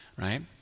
right